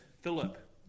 Philip